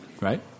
Right